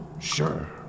sure